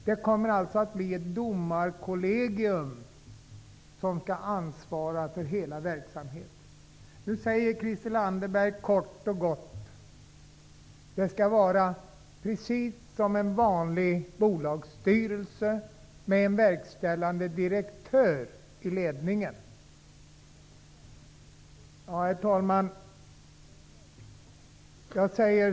Det kommer att bli ett domarkollegium som skall ansvara för hela verksamheten. Christel Anderberg säger kort och gott att det skall vara precis som en vanlig bolagsstyrelse med en verkställande direktör i ledningen. Herr talman!